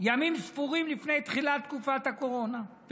ימים ספורים לפני תחילת תקופת הקורונה.